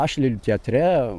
aš lėlių teatre